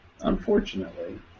Unfortunately